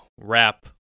wrap